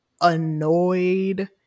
annoyed